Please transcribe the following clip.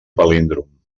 palíndrom